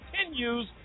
continues